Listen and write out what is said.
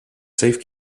safe